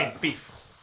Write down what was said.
Beef